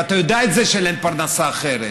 אתה יודע את זה שאין להם פרנסה אחרת,